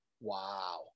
Wow